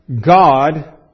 God